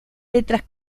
letras